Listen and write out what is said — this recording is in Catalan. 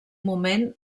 moment